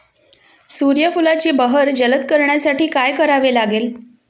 सूर्यफुलाची बहर जलद करण्यासाठी काय करावे लागेल?